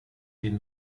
din